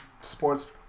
sports